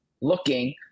looking